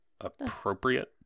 appropriate